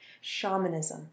Shamanism